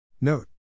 Note